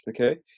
Okay